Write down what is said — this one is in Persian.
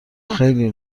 خیلی